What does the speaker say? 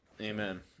amen